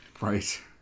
Right